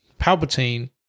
Palpatine